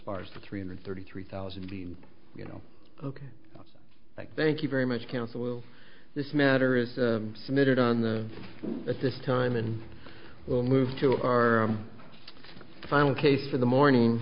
far as the three hundred thirty three thousand being you know ok thank you very much counsel will this matter is submitted on the at this time and will move to the final case in the morning